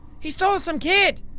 he stole some kid?